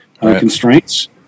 constraints